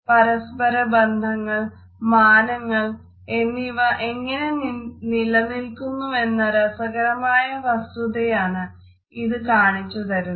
പരസ്പര ബന്ധങ്ങൾ മാനങ്ങൾ എന്നിവ എങ്ങനെ നിലനില്ക്കുന്നുവെന്ന രസകരമായ വസ്തുതയാണ് ഇത് കാണിച്ചു തരുന്നത്